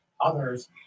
Others